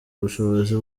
ubushobozi